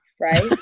right